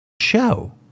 show